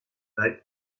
date